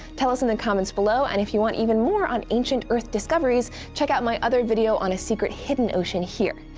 tell us in the comments below and if you want even more on ancient earth discoveries, check out my other video on a secret hidden ocean here,